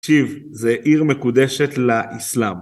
תקשיב, זה עיר מקודשת לאסלאם